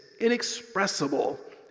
inexpressible